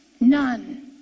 None